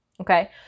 Okay